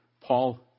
Paul